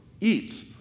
eat